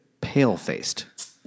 pale-faced